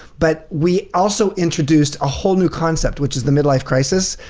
but we also introduced a whole new concept, which is the mid-life crisis,